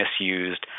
misused